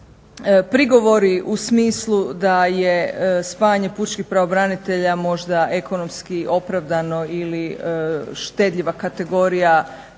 Prigovori u smislu da je spajanje pučkih pravobranitelja možda ekonomski opravdano ili štedljiva kategorija